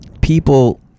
people